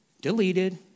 Deleted